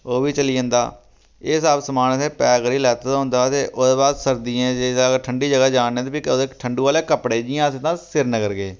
ओह् बी चली जंदा एह् सब समान असें पैक करियै लैते दा होंदा ते ओह्दे बाद सर्दियें च अगर ठंडी जगह् जा ने ते फ्ही ठंडू आह्ले कपड़े जियां अस इ'यां श्रीनगर गे